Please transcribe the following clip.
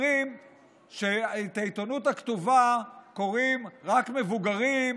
אומרים שאת העיתונות הכתובה קוראים רק מבוגרים,